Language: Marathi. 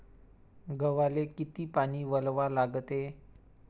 गव्हाले किती पानी वलवा लागते?